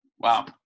Wow